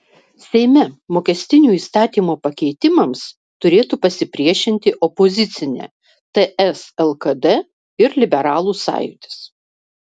seime mokestinių įstatymų pakeitimams turėtų pasipriešinti opozicinė ts lkd ir liberalų sąjūdis